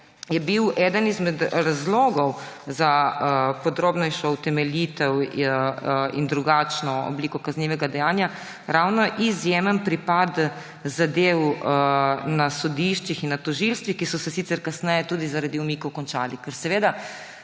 je bil eden izmed razlogov za podrobnejšo utemeljitev in drugačno obliko kaznivega dejanja ravno izjemen pripad zadev na sodiščih in na tožilstvih, ki so se sicer kasneje tudi zaradi umikov končale. Ker seveda